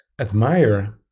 admire